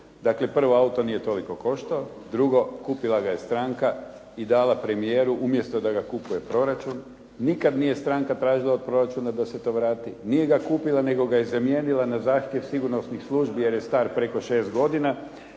Dakle, prvo auto nije toliko koštao, drugo kupila ga je stranka i dala premijeru umjesto da ga kupuje proračun. Nikad nije stranka tražila od proračuna da se to vrati, nije ga kupila nego ga je zamijenila na zahtjev sigurnosnih službi jer je star preko 6 godina